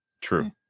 True